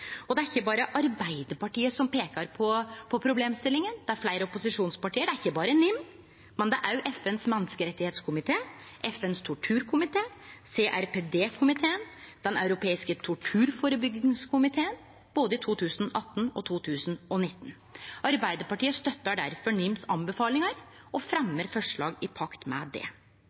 Og det er ikkje berre Arbeidarpartiet som peikar på problemstillinga – det gjer fleire opposisjonsparti. Det er ikkje berre NIM, det er òg FNs menneskerettskomité, FNs torturkomité, CRPD-komiteen og Den europeiske torturførebyggingskomiteen, både i 2018 og 2019. Arbeidarpartiet støttar difor NIMs anbefalingar og fremjar forslag i pakt med det.